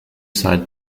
side